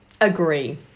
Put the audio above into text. Agree